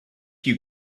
you